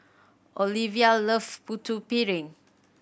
Oliva love Putu Piring